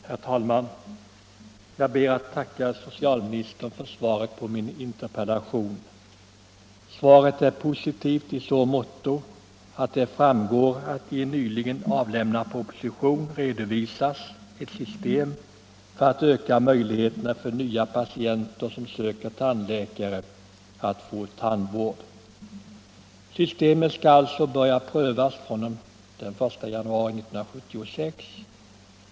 Herr talman! Jag ber att få tacka socialministern för svaret på min interpellation. Svaret är positivt i så måtto att det framgår att i en nyligen avlämnad proposition redovisas ett system för att öka möjligheterna för nya patienter som söker tandläkare att få tandvård. Systemet skall alltså börja prövas från den 1 januari 1976.